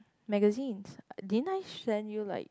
magazines didn't I send you like